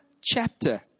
chapter